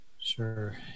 Sure